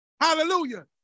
Hallelujah